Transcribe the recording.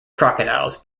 crocodiles